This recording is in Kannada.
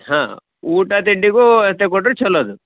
ಹಾಂ ಊಟ ತಿಂಡಿಗೂ ವ್ಯವಸ್ಥೆ ಕೊಟ್ರೆ ಛಲೋ ಅದು